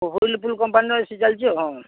Whirlpool କମ୍ପାନୀର A C ଚାଲିଛି ଆଉ ହଁ